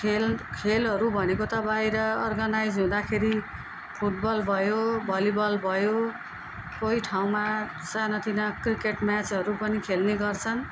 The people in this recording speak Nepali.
खेल खेलहरू भनेको त बाहिर अर्गनाइज हुँदाखेरि फुटबल भयो भलिबल भयो कोही ठाउँमा सानातिना क्रिकेट म्याचहरू पनि खेल्ने गर्छन्